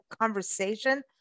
conversation